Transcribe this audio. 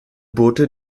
boote